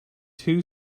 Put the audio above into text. two